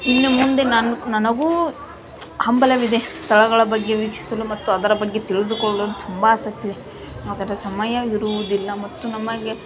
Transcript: ಇನ್ನು ಮುಂದೆ ನಾನು ನನಗೂ ಹಂಬಲವಿದೆ ಸ್ಥಳಗಳ ಬಗ್ಗೆ ವೀಕ್ಷಿಸಲು ಮತ್ತು ಅದರ ಬಗ್ಗೆ ತಿಳಿದುಕೊಳ್ಳಲು ತುಂಬ ಆಸಕ್ತಿ ಇದೆ ಆದರೆ ಸಮಯ ಇರುವುದಿಲ್ಲ ಮತ್ತು ನಮಗೆ